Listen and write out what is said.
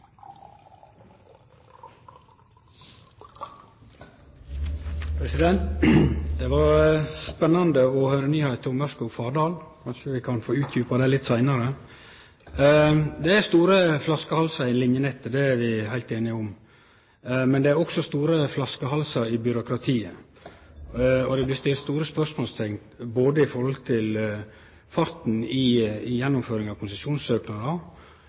realisert. Det var spennande å høyre nyheita om Ørskog–Fardal, kanskje vi kan få utdjupa det litt seinare. Det er store flaskehalsar i linjenettet, det er vi heilt einige om. Men det er også store flaskehalsar i byråkratiet, og det blir sett store spørsmålsteikn ved farten på gjennomføringa av